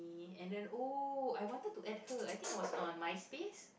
me and then oh I wanted to add her I think was on Myspace